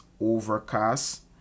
overcast